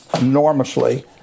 enormously